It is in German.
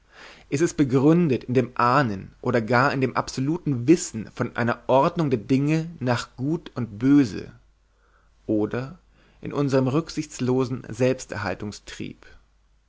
ist es begründet in dem ahnen oder gar in dem absoluten wissen von einer ordnung der dinge nach gut und böse oder in unserem rücksichtslosen